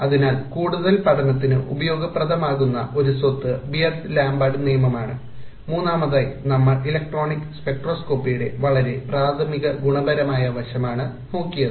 അതിനാൽ കൂടുതൽ പഠനത്തിന് ഉപയോഗപ്രദമാകുന്ന ഒരു സ്വത്ത് ബിയർ ലാംബർട്ട് നിയമമാണ് മൂന്നാമതായി നമ്മൾ ഇലക്ട്രോണിക് സ്പെക്ട്രോസ്കോപ്പിയുടെ വളരെ പ്രാഥമിക ഗുണപരമായ വശമാണ് നോക്കിയത്